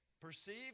Perceive